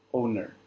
owner